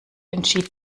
entschied